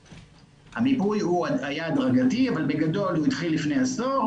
המיפוי היה הדרגתי אבל בגדול הוא התחיל לפני עשור.